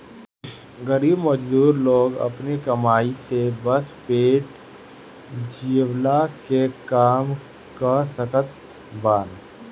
गरीब मजदूर लोग अपनी कमाई से बस पेट जियवला के काम कअ सकत बानअ